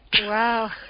Wow